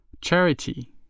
Charity